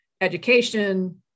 education